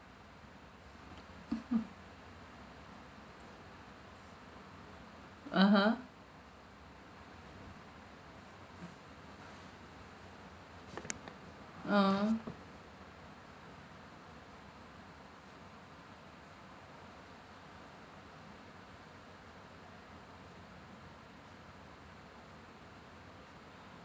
mmhmm (uh huh) a'ah